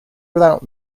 without